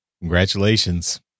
congratulations